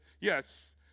yes